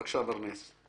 בבקשה, ברנס.